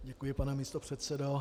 Děkuji, pane místopředsedo.